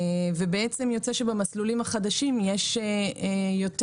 ולמעשה יוצא שבמסלולים החדשים יש יותר